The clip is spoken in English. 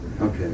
Okay